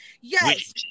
Yes